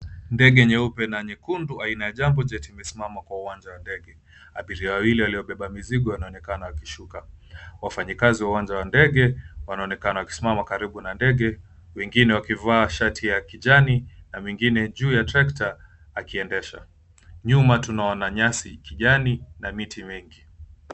Ndege nyeupe na nyekundu aina ya Jambo Jet imesimama kwenye uwanja wa ndege. Abiria wawili waliobeba mzigo wanaonekana wakishuka. Wafanyikazi wa uwanja wa ndege wanaonekana wakisimama karibu na ndege, wengine wakivaa shati ya kijani na mwingine juu ya trekta akiendesha. Nyuma, tunaona nyasi ya kijani na miti mengi.